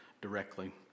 directly